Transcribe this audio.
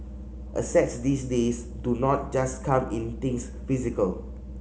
assets these days do not just come in things physical